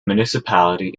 municipality